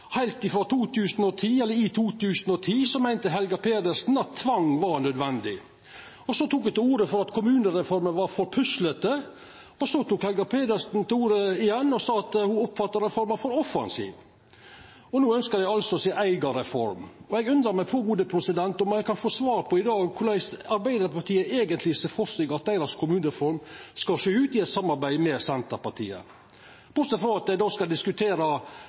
heilt openbert skifta meining etter korleis vinden har blåse, og skapt stor frustrasjon blant lokalt folkevalde i Arbeidarpartiet. Fleire har for så vidt signalisert manglande leiarskap i Arbeidarpartiet i denne prosessen, og media kan også vitna om det. I 2010 meinte Helga Pedersen at tvang var nødvendig, så tok ho til orde for at kommunereforma var for puslete – og så tok Helga Pedersen igjen ordet og sa at ho oppfatta reforma som for offensiv. No ønskjer dei altså si eiga reform. Eg undrar meg på om eg i dag kan få svar på korleis Arbeidarpartiet eigentleg